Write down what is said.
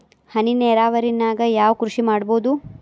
ಹನಿ ನೇರಾವರಿ ನಾಗ್ ಯಾವ್ ಕೃಷಿ ಮಾಡ್ಬೋದು?